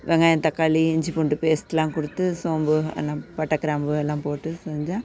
வெங்காயம் தாக்காளி இஞ்சி பூண்டு பேஸ்டெலாம் கொடுத்து சோம்பு எல்லாம் பட்டை கிராம்பு எல்லாம் போட்டு செஞ்சால்